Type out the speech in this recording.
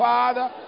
Father